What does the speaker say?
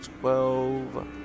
twelve